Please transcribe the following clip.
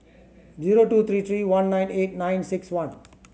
zero two three three one nine eight nine six one